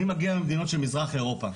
אני מגיע ממדינות של מזרח אירופה.